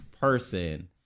person